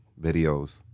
videos